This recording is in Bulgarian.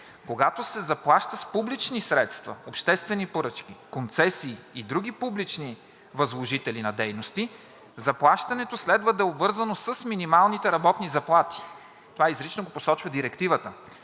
Когато се заплаща с публични средства, обществени поръчки, концесии и други публични възложители на дейности, заплащането следва да е обвързано с минималните работни заплати. Това изрично го посочва Директивата.